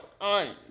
on